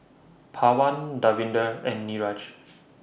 Pawan Davinder and Niraj